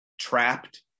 Trapped